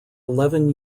eleven